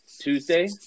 Tuesday